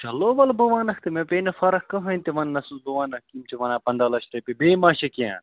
چلو وَلہٕ بہٕ وَنَکھ تہٕ مےٚ پے نہٕ فرق کٕہۭنۍ تہِ ونٛنَس منٛز بہٕ وَنَکھ یِم چھِ وَنان پنٛداہ لَچھ رۄپیہِ بیٚیہِ ما چھِ کیٚنٛہہ